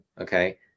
Okay